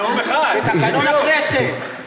זה תקנון הכנסת.